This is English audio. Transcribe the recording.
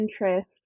interest